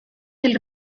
del